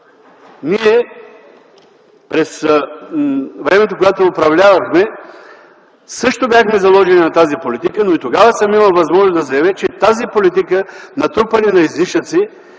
През времето, когато ние управлявахме, също бяхме заложили на тази политика, но и тогава съм имал възможност да заявя, че тази политика на трупане на излишъци